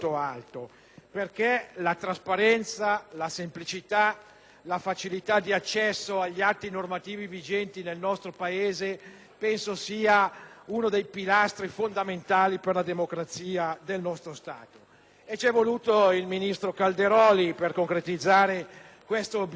la facilità di accesso agli atti normativi vigenti nel nostro Paese sono uno dei pilastri fondamentali per la democrazia del nostro Stato. È stato necessario l'intervento del ministro Calderoli per concretizzare questo obiettivo e noi tutti della Lega Nord Padania gliene siamo grati.